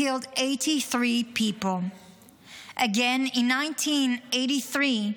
killed 83 people, Again in 1983,